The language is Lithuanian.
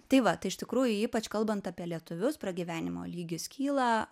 tai va tai iš tikrųjų ypač kalbant apie lietuvius pragyvenimo lygis kyla